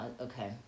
Okay